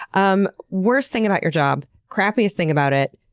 um worst thing about your job, crappiest thing about it?